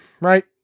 right